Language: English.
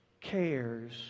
cares